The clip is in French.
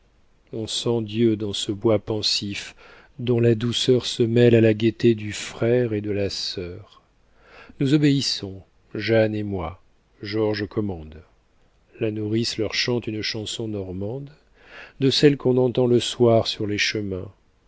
on sent dieu dans ce bois pensif dont la douceur se mêle à la gaîté du frère et de la sœur nous obéissons jeanne et moi georges commande la nourrice leur chante une chanson normande de celles qu'on entend le soir sur les chemins